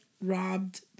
robbed